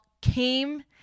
came